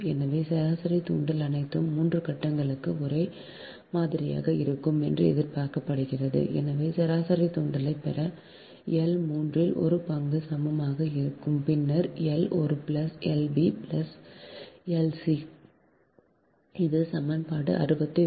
எனவே சராசரி தூண்டல் அனைத்து 3 கட்டங்களுக்கும் ஒரே மாதிரியாக இருக்கும் என்று எதிர்பார்க்கப்படுகிறது எனவே சராசரி தூண்டலைப் பெற L மூன்றில் ஒரு பங்குக்கு சமமாக இருக்கும் பின்னர் L ஒரு plus L b plus L c சரி இது சமன்பாடு 69